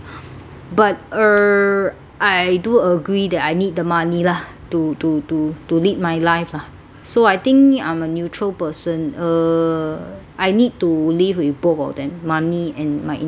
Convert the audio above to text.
but err I do agree that I need the money lah to to to to lead my life lah so I think I'm a neutral person uh I need to live with both of them money and my interest